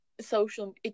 social